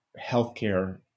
healthcare